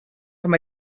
from